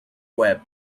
web